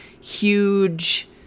huge